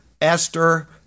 Esther